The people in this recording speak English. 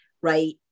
right